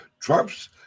Trump's